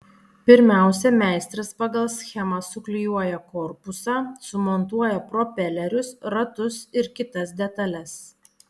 pirmiausia meistras pagal schemą suklijuoja korpusą sumontuoja propelerius ratus ir kitas detales